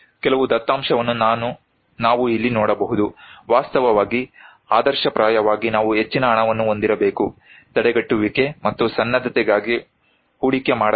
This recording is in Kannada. ಕೆಲವು ದತ್ತಾಂಶವನ್ನು ನಾವು ಇಲ್ಲಿ ನೋಡಬಹುದು ವಾಸ್ತವವಾಗಿ ಆದರ್ಶಪ್ರಾಯವಾಗಿ ನಾವು ಹೆಚ್ಚಿನ ಹಣವನ್ನು ಹೊಂದಿರಬೇಕು ತಡೆಗಟ್ಟುವಿಕೆ ಮತ್ತು ಸನ್ನದ್ಧತೆಗಾಗಿ ಹೂಡಿಕೆ ಮಾಡಬೇಕು